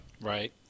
Right